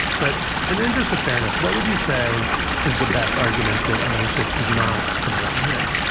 but in the interest of fairness, what would you say is the best argument that ownership is not to blame here?